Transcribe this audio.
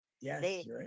Yes